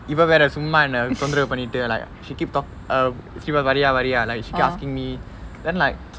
இவ சும்மா என்ன தொந்தரவு பன்னிக்கிட்டு:iva vera summa enna thondaravu pannikittu like she keep talk~ uh சும்மா வரியா வரியா:summa variya variya like she keep asking me then like